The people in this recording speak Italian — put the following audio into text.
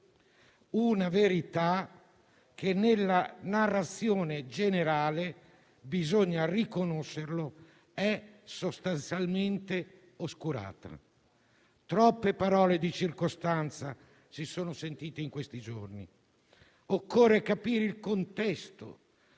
di verità, che nella narrazione generale - bisogna riconoscerlo - è sostanzialmente oscurata. Troppe parole di circostanza si sono sentite in questi giorni. Occorre capire il contesto,